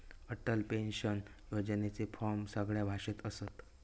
Atal pension योजनेचे form सगळ्या भाषेत असत